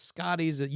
Scotty's